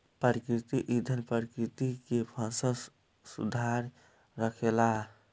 प्राकृतिक ईंधन प्रकृति के साफ सुथरा रखेला